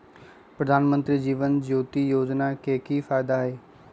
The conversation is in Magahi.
प्रधानमंत्री जीवन ज्योति योजना के की फायदा हई?